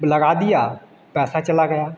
लगा दिया पैसा चला गया